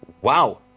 Wow